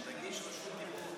שניים-שלושה.